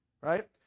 right